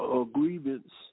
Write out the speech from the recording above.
agreements